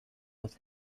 with